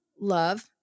love